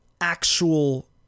actual